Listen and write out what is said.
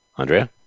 Andrea